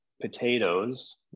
potatoes